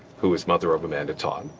who is mother of amanda todd,